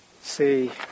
see